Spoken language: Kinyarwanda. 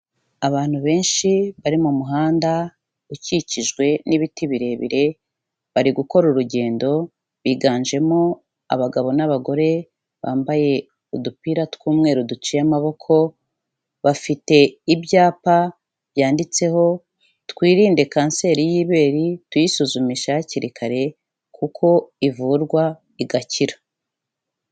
Abantu benshi bari mu muhanda ukikijwe n'ibiti birebire bari gukora urugendo biganjemo abagabo n'abagore bambaye udupira tw'umweru duciye amaboko, bafite ibyapa byanditseho twirinde kanseri y'ibere tuyisuzumishe hakiri kare kuko ivurwa igakira.